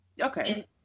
Okay